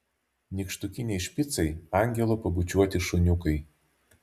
nykštukiniai špicai angelo pabučiuoti šuniukai